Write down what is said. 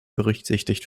berücksichtigt